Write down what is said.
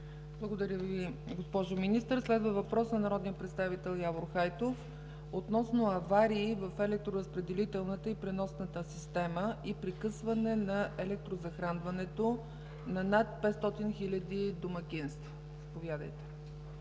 Благодаря Ви, госпожо Министър. Следва въпрос на народния представител Явор Хайтов относно аварии в електроразпределителната и преносната система и прекъсване на електрозахранването на над 500 хил. домакинства. Заповядайте.